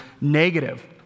negative